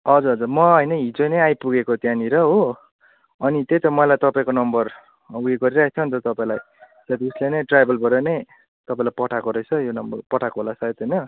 हजुर हजुर म होइन हिजो नै आइपुगेको त्यहाँनिर हो अनि त्यही त मलाई तपाईँको नम्बर उयो गरिराखेको थिएँ अन्त तपाईँलाई सायद उसलाई नै ट्राभलबाट नै तपाईँलाई पठाएको रहेछ यो नम्बर पठाएको होला सायद होइन